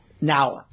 Now